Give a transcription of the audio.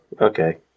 okay